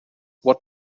what